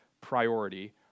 priority